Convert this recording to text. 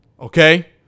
Okay